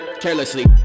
carelessly